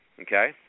okay